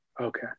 Okay